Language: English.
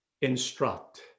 instruct